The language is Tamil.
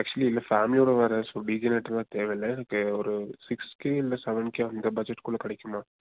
ஆக்சுவலி இல்லை ஃபேமிலியோடய வேறு ஸோ பீஜினேட்ட தான் தேவை இல்லை எனக்கு ஒரு சிக்ஸ் கே இல்லை செவன் கே அந்த பட்ஜெட்குள்ளே கிடைக்குமா